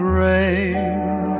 rain